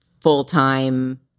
full-time